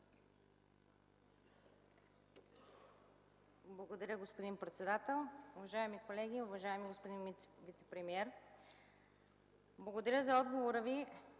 Благодаря, господин председател. Уважаеми колеги, уважаеми господин вицепремиер! Благодаря Ви за отговора,